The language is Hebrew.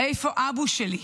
איפה אבוש שלי?